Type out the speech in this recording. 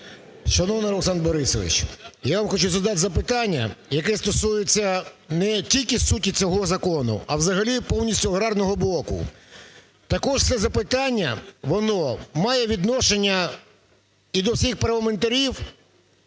Шановний Олександр Борисович, я вам хочу задати запитання, яке стосується не тільки суті цього закону, а взагалі повністю агарного боку. Також це запитання, воно має відношення і до всіх парламентарів,